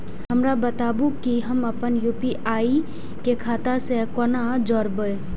हमरा बताबु की हम आपन यू.पी.आई के खाता से कोना जोरबै?